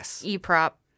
e-prop